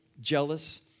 jealous